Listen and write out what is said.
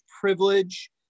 privilege